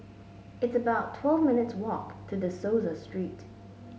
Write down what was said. it's about twelve minutes' walk to De Souza Street